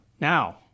Now